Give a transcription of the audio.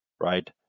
right